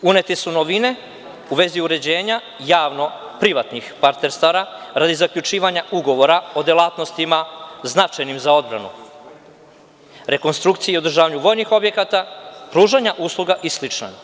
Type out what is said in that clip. Unete su novine u vezi uređenja javno-privatnih partnerstava, a radi zaključivanja ugovora o delatnostima značajnim za odbranu, rekonstrukcije i održavanje vojnih objekata, pružanja usluga i slično.